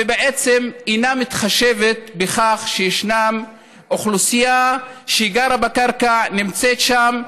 ובעצם אינה מתחשבת בכך שיש אוכלוסייה שגרה על הקרקע ונמצאת שם.